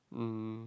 um